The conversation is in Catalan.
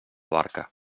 barca